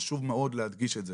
חשוב מאוד להדגיש את זה.